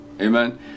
Amen